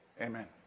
Amen